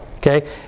Okay